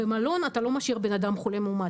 במלון אתה לא משאיר אדם מאומת,